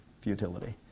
futility